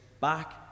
back